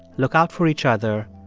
look out for each other.